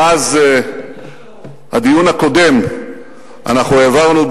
מאז הדיון הקודם אנחנו העברנו,